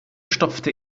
stopfte